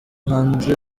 hanze